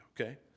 okay